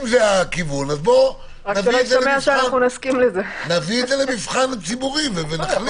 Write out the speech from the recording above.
אם זה הכיוון, נביא את זה למבחן ציבורי ונחליט.